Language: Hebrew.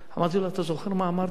אמרתי לו: אתה זוכר מה אמרתי לך?